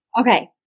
Okay